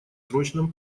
срочном